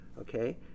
okay